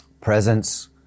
presence